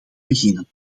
beginnen